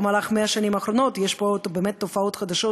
במהלך מאה השנים האחרונות יש פה תופעות חדשות